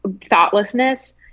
thoughtlessness